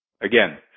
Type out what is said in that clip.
Again